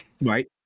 Right